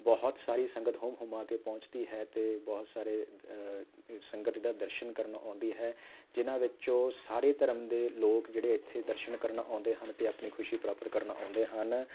ਬਹੁਤ ਸਾਰੀ ਸੰਗਤ ਹੁੰਮਹੁੰਮਾ ਕੇ ਪਹੁੰਚਦੀ ਹੈ ਅਤੇ ਬਹੁਤ ਸਾਰੇ ਸੰਗਤ ਦ ਦਰਸ਼ਨ ਕਰਨ ਆਉਂਦੀ ਹੈ ਜਿਹਨਾਂ ਵਿੱਚੋਂ ਸਾਰੇ ਧਰਮ ਦੇ ਲੋਕ ਜਿਹੜੇ ਇੱਥੇ ਦਰਸ਼ਨ ਕਰਨ ਆਉਂਦੇ ਹਨ ਅਤੇ ਆਪਣੀ ਖੁਸ਼ੀ ਪ੍ਰਾਪਤ ਕਰਨ ਆਉਂਦੇ ਹਨ